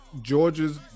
Georgia's